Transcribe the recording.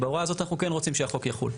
בהוראה הזאת אנחנו כן רוצים שהחוק יחול.